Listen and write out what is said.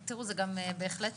תראו, זה גם בהחלט,